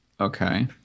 Okay